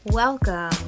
Welcome